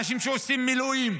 אנשים שעושים מילואים,